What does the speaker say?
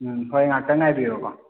ꯎꯝ ꯍꯣꯏ ꯉꯥꯛꯇꯪ ꯉꯥꯏꯕꯤꯔꯣꯀꯣ